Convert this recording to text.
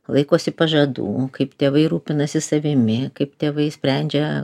laikosi pažadų kaip tėvai rūpinasi savimi kaip tėvai sprendžia